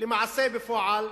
בפועל,